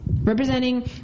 Representing